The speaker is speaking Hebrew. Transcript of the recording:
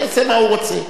יעשה מה שהוא רוצה.